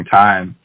time